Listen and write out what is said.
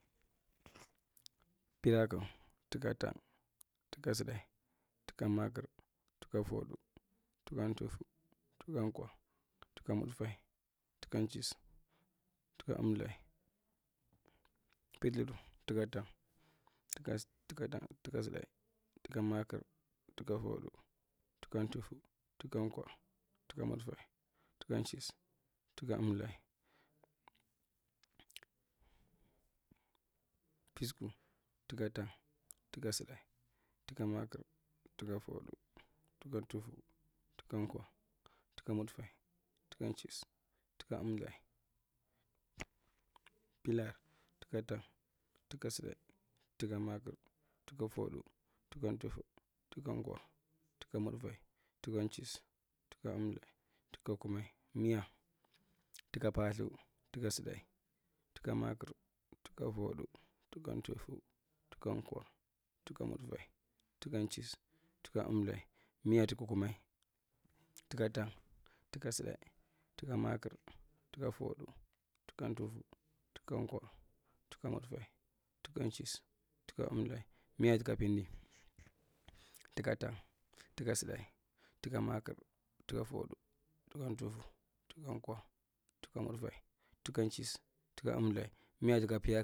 Piraku, tuka tang, tuka tsudai, uka’maakir, tuka’foodu, tuka tuffu, tuka kwa tuka mud’fae, tuka’nchissu, tuka emltha, piturur. Taku tang, tukatsuda, tuka maakir, tuka foodu, tuka’nkwa, tuka mud’fae, tuka’nchis, tuka emlthae, pisku. Tuka tang, tuka tsudae, tuka maakir, tuka foodu, tuka’tuffu, tuka kwa, tuka’mudfae, tuka nchissu, tuka emltha, pilar. Tuka tang, tuka tsudae, tuka makir, tuka foodu, tuka tuffu, tuka kwa, tuka mudfae, tuka’nchisu tuka emltha, tuka kumi miya. Tuka parthu tuka tsudai, tuka maakir, tuka foodu, tuka tuffu, tuka nkwa, tuka mud’fae, tuka’nchis, tuka emlthae, miya tuka kummae, tuka tang, tuka ysudae, tuka makir tuka fuddu, tuka tuffu, tuka kwa, tuka mudfae, tuka nchissu, tuka emlthae, miya tuka pindi, tuka tang, tukatsudae, tuka maakir, tuka fowdu, tukatuffu, tuka n’kwa, tukanmudfae, tuka nchis, tuk emltha, miya tuka pindi. Tuka tang tuka tsudae, tuka makir, tuka foodu, tuka ntufu, tuka nkwa, tuka mudfae, tuanchis tuka emltha, miya tuka piyaku.